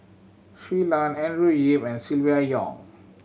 Shui Lan Andrew Yip and Silvia Yong